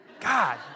God